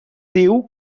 diu